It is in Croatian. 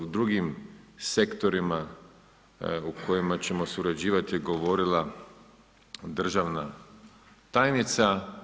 O drugim sektorima u kojima ćemo surađivati je govorila državna tajnica.